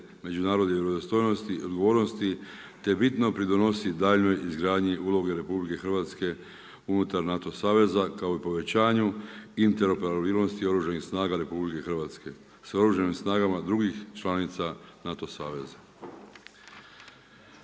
međunarodne vjerodostojnosti i odgovornosti te bitno pridonosi daljnjoj izgradnji uloge RH unutar NATO-a kao i povećanju interoperabilnosti Oružanih snaga RH sa oružanim snagama drugih članica NATO saveza.